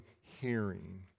hearing